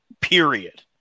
period